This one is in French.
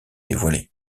dévoilé